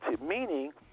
meaning